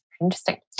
Interesting